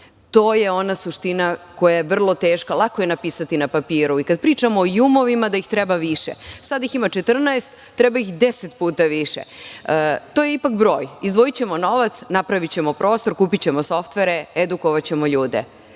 To je ona suština koja je vrlo teška. Lako je napisati na papiru. I kad pričamo o jumovima, da ih treba više, sada ih ima 14, treba ih deset puta više. To je ipak broj. Izdvojićemo novac, napravićemo prostor, kupićemo softvere, edukovaćemo ljude.